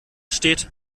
steht